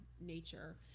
nature